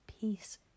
peace